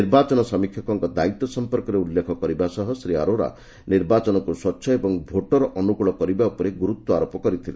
ନିର୍ବାଚନ ସମୀକ୍ଷକଙ୍କ ଦାୟୀତ୍ୱ ସମ୍ପର୍କରେ ଉଲ୍ଲେଖ କରିବା ସହ ଶ୍ରୀ ଅରୋରା ନିର୍ବାଚନକୁ ସ୍ପଚ୍ଛ ଏବଂ ଭୋଟର ଅନୁକୂଳ କରିବା ଉପରେ ଗୁରୁତ୍ୱାରୋପ କରିଥିଲେ